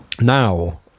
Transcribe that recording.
now